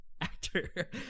actor